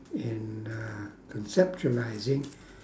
and uh conceptualising